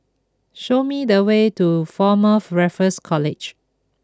show me the way to Former Raffles College